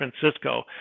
Francisco